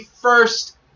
first